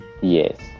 Yes